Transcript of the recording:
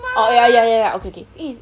oh ya ya ya ya okay okay eh